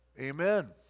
Amen